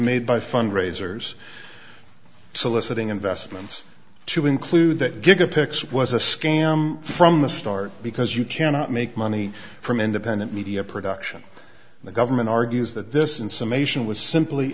made by fundraisers soliciting investments to include that gigapixel was a scam from the start because you cannot make money from independent media production the government argues that this in summation was simply